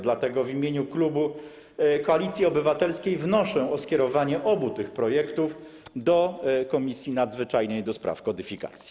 Dlatego w imieniu klubu Koalicji Obywatelskiej wnoszę o skierowanie obu tych projektów do Komisji Nadzwyczajnej do spraw zmian w kodyfikacjach.